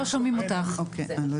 לא